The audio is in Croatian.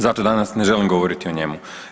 Zato danas ne želim govoriti o njemu.